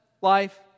life